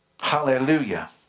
Hallelujah